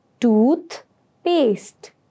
toothpaste